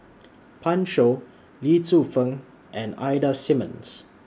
Pan Shou Lee Tzu Pheng and Ida Simmons